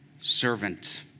servant